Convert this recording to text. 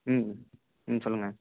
ம் ம் சொல்லுங்கள்